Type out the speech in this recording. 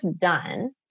done